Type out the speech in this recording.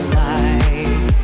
life